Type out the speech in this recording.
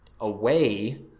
away